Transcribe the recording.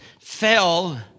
fell